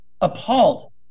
appalled